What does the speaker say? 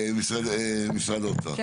משרד האוצר.